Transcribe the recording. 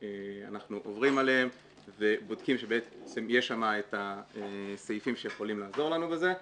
אנחנו עוברים עליהם ובודקים שבעצם יש את הסעיפים שיכולים לעזור לנו בזה,